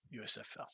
USFL